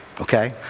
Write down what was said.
Okay